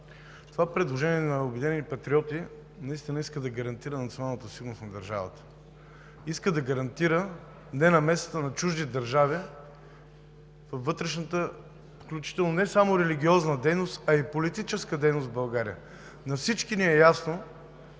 Това предложение на „Обединени патриоти“ наистина иска да гарантира националната сигурност на държавата. Иска да гарантира ненамесата на чужди държави във вътрешната, включително не само религиозна, а и политическа дейност в България. На всички ни е ясно,